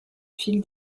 fil